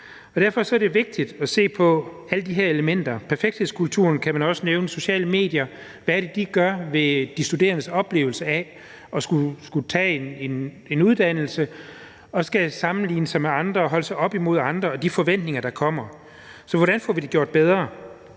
Derfor er det vigtigt at se på alle de her elementer. Perfekthedskulturen kan man også nævne, sociale medier, hvad er det, de gør ved de studerendes oplevelse af at skulle tage en uddannelse og sammenligne sig med andre og holde sig op imod andre og de forventninger, der kommer. Så hvordan får vi det gjort bedre?